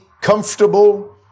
comfortable